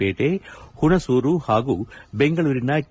ಪೇಟೆ ಹುಣಸೂರು ಹಾಗೂ ಬೆಂಗಳೂರಿನ ಕೆ